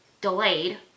delayed